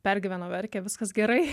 pergyvena verkia viskas gerai